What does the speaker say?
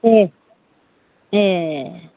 दे ए